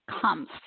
comes